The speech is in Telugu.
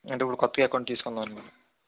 అంటే కొత్త అకౌంట్ తీసుకుందాం అని మేడం